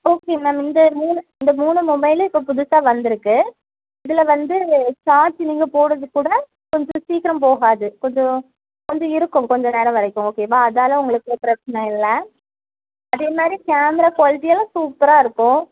okay ma'am இந்த மூணு இந்த மூணு மொபைலும் இப்போ புதுசாக வந்து இருக்கு இதில் வந்து சார்ஜி நீங்கள் போடுறது கூட கொஞ்சம் சீக்கிரம் போகாது கொஞ்சம் கொஞ்சம் இருக்கும் கொஞ்சம் நேரம் வரைக்கும் ஓகேவா அதால் உங்களுக்கு பிரச்சனை இல்லை அதேமாதிரி கேமரா குவாலிட்டி எல்லாம் சூப்பராக இருக்கும்